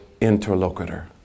interlocutor